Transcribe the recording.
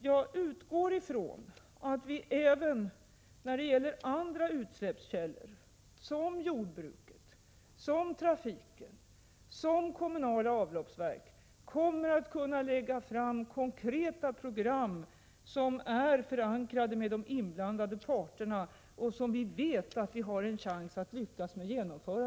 Jag utgår ifrån att vi även när det gäller andra utsläppskällor, såsom jordbruket, trafiken och kommunala avloppsverk, kommer att kunna lägga fram konkreta program, som är förankrade hos de inblandade parterna och som vi vet att vi har en chans att lyckas genomföra.